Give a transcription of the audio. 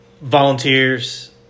Volunteers